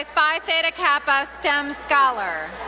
phi theta kappa, stem scholar,